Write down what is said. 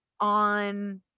on